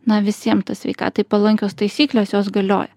na visiem ta sveikatai palankios taisyklės jos galioja